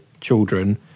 children